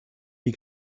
die